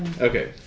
Okay